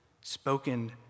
spoken